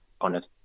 honest